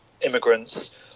immigrants